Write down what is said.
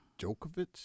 Djokovic